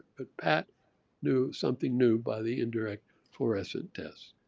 but pat knew something new by the indirect fluorescence test.